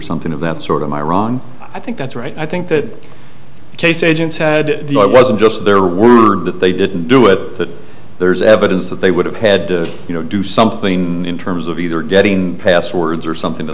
something of that sort of my wrong i think that's right i think that case agents had the i wasn't just their word that they didn't do it that there's evidence that they would have had you know do something in terms of either getting passwords or something